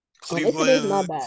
Cleveland